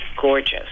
gorgeous